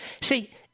See